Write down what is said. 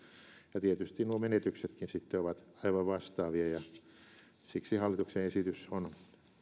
ja tietysti nuo menetyksetkin sitten ovat aivan vastaavia siksi hallituksen esitys on